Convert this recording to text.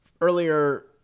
earlier